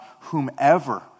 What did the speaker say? whomever